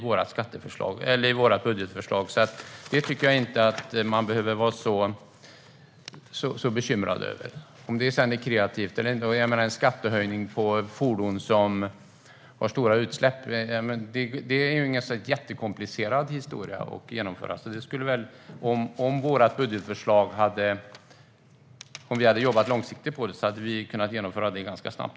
Vårt budgetförslag håller ihop, så det tycker jag inte att man behöver vara bekymrad över. Kreativt eller inte - en skattehöjning på fordon som har stora utsläpp är ju ingen jättekomplicerad historia att genomföra. Om vi hade jobbat långsiktigt på vårt budgetförslag tror jag att vi hade kunnat genomföra det ganska snabbt.